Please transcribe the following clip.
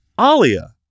Alia